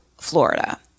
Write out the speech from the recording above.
Florida